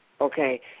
Okay